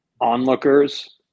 onlookers